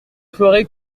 ferez